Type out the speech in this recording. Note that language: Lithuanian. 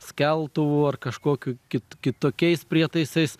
skeltuvu ar kažkokiu kit kitokiais prietaisais